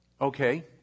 Okay